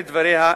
לדבריה,